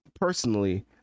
personally